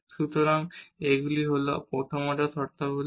সুতরাং এগুলি হল প্রথম অর্ডার শর্তাবলী